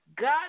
God